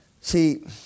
See